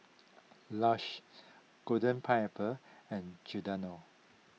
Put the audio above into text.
Lush Golden Pineapple and Giordano